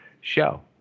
show